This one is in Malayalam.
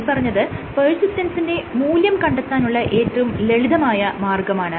മേല്പറഞ്ഞത് പെർസിസ്റ്റൻസിന്റെ മൂല്യം കണ്ടെത്താനുള്ള ഏറ്റവും ലളിതമായ മാർഗ്ഗമാണ്